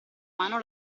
mano